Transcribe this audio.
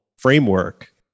framework